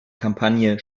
kampagne